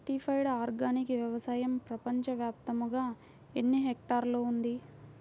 Certified organic వ్యవసాయం ప్రపంచ వ్యాప్తముగా ఎన్నిహెక్టర్లలో ఉంది?